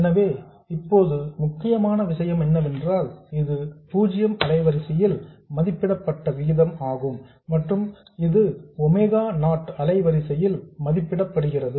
எனவே இப்போது முக்கியமான விஷயம் என்னவென்றால் இது பூஜ்ஜியம் அலைவரிசையில் மதிப்பிடப்பட்ட விகிதம் ஆகும் மற்றும் இது ஒமேகா நாட் அலைவரிசையில் மதிப்பிடப்படுகிறது